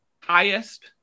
highest